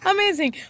Amazing